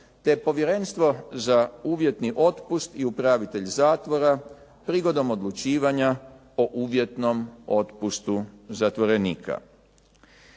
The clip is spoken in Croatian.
te Povjerenstvo za uvjetni otpust i upravitelj zatvora prigodom odlučivanja o uvjetnom otpustu zatvorenika.